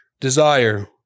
desire